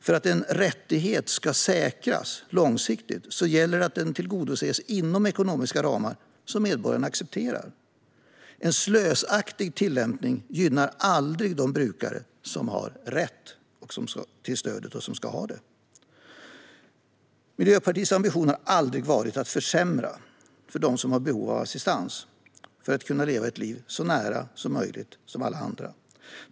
För att en rättighet ska säkras långsiktigt gäller det att den tillgodoses inom ekonomiska ramar som medborgarna accepterar. En slösaktig tillämpning gynnar aldrig de brukare som har rätt till stöd och som ska ha det. Miljöpartiets ambition har aldrig varit att försämra för dem som har behov av assistans för att kunna leva ett liv så likt andras som möjligt.